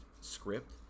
script